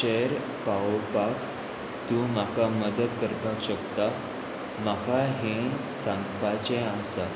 चेर पावोवपाक तूं म्हाका मदत करपाक शकता म्हाका हें सांगपाचें आसा